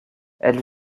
elle